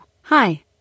hi